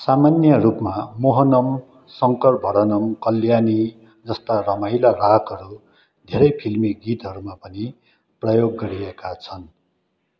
सामान्य रूपमा मोहनम शङ्करभरणम् कल्याणी जस्ता रमाइला रागहरू धेरै फिल्मी गीतहरूमा पनि प्रयोग गरिएका छन्